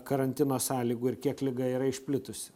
karantino sąlygų ir kiek liga yra išplitusi